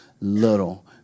little